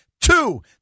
Two